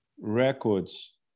records